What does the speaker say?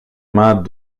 mains